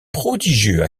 prodigieux